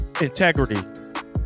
integrity